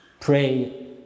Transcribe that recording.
pray